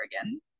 again